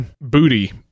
booty